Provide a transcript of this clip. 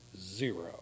zero